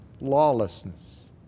lawlessness